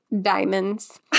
diamonds